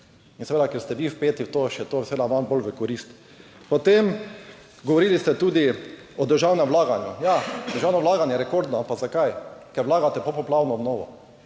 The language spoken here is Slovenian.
Seveda, ker ste vi vpeti v to, je to seveda vam bolj v korist. Nadalje, govorili ste tudi o državnem vlaganju. Ja, državno vlaganje je rekordno, vendar zakaj? Ker vlagate v popoplavno obnovo